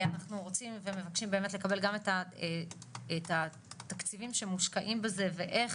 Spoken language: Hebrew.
אנחנו רוצים ומבקשים באמת גם לקבל את התקציבים שמושקעים בזה ואיך